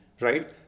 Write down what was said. Right